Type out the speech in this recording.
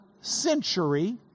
century